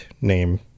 name